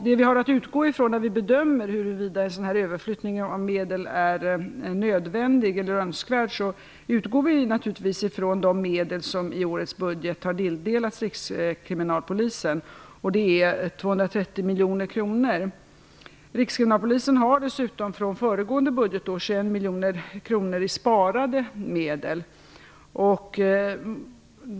Det vi har att utgå från när vi bedömer huruvida en sådan här överflyttning av medel är nödvändig eller önskvärd är naturligtvis de medel som i årets budget har tilldelats Rikskriminalpolisen, 230 miljoner kronor. Rikskriminalpolisen har dessutom från föregående budgetår 21 miljoner kronor i sparade medel.